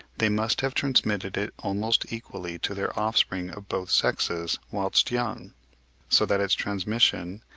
they must have transmitted it almost equally to their offspring of both sexes whilst young so that its transmission,